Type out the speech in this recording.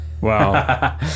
Wow